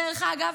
דרך אגב,